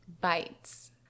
bites